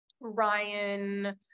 Ryan